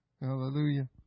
Hallelujah